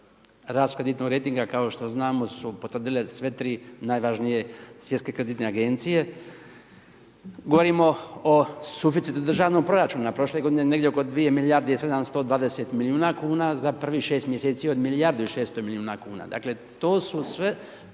rast kreditnog rejtinga kao što znamo su potvrdile sve 3 najvažnije svjetske kreditne agencije, govorimo o suficitu državnog proračuna. Prošle godine negdje oko 2 milijarde i 720 milijuna kuna za prvih 6 mjeseci od milijardu i 600 milijuna kuna. Dakle to su sve